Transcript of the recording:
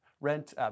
rent